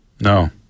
No